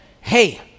hey